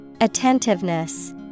Attentiveness